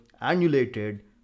annulated